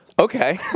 Okay